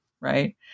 right